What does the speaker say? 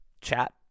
chat